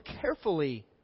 carefully